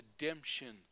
redemption